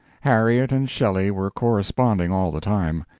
harriet and shelley were corresponding all the time.